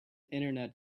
internet